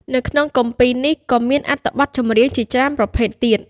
នៅក្នុងគម្ពីរនេះ ក៏មានអត្ថបទចម្រៀងជាច្រើនប្រភេទទៀត។